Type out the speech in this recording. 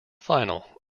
final